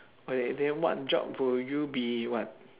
okay then what job will you be what